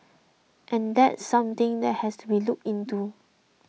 and that's something that has to be looked into